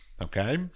okay